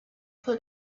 fue